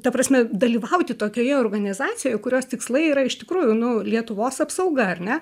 ta prasme dalyvauti tokioje organizacijoje kurios tikslai yra iš tikrųjų nu lietuvos apsauga ar ne